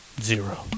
Zero